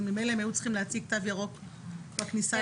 ממילא הם היו צריכים להציג תו ירוק בכניסה